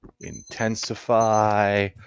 intensify